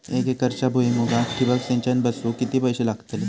एक एकरच्या भुईमुगाक ठिबक सिंचन बसवूक किती पैशे लागतले?